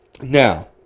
Now